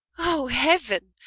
o heaven!